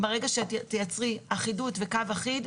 ברגע שתייצרי אחידות וקו אחיד,